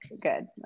good